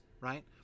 right